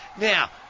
Now